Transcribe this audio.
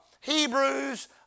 Hebrews